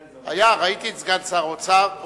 היה, ראיתי את סגן שר האוצר.